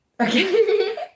Okay